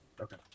Okay